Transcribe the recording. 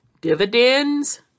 dividends